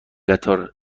قطار